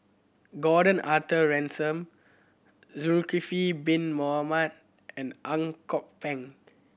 Gordon Arthur Ransome Zulkifli Bin Mohamed and Ang Kok Peng